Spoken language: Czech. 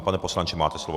Pana poslanče, máte slovo.